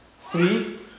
three